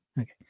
Okay